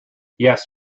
yes